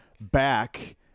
back